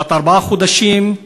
בת ארבעה חודשים,